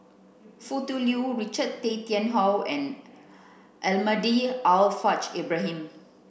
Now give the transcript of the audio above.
Foo Tui Liew Richard Tay Tian Hoe and Almahdi Al Haj Ibrahim